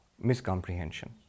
miscomprehension